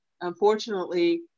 unfortunately